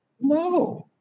No